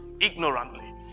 ignorantly